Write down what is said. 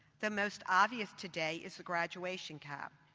the most obvious today is the graduation cap.